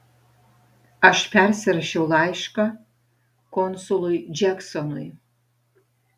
aš persirašiau laišką konsului džeksonui